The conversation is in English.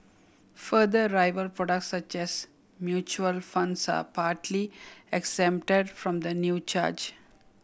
further rival products such as mutual funds are partly exempt from the new charge